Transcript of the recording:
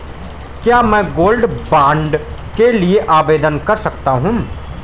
क्या मैं gold bond के लिए आवेदन कर सकता हूं?